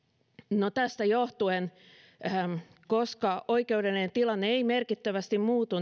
no tästä johtuen koska oikeudellinen tilanne ei merkittävästi muutu